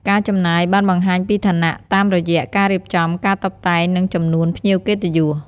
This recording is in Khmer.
ការចំណាយបានបង្ហាញពីឋានៈតាមរយៈការរៀបចំ ការតុបតែង និងចំនួនភ្ញៀវកិត្តិយស។